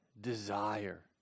desire